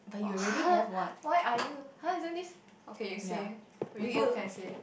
why are you [huh] isin't this okay say we both can say